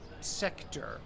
sector